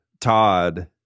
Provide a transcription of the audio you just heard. Todd